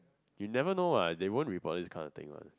you never know what they won't report this kind of thing one